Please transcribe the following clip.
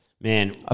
Man